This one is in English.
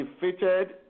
defeated